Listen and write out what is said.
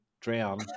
drown